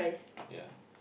ya